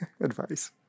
advice